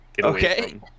Okay